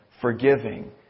forgiving